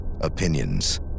opinions